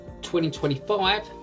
2025